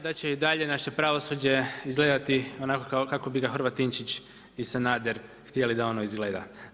Da će i dalje naše pravosuđe izgledati onako kako bi ga Horvatinčić i Sanader htjeli da ono izgleda.